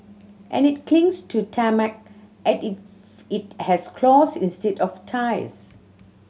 and it clings to tarmac at if it has claws instead of tyres